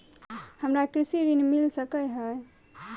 हमरा कृषि ऋण मिल सकै है?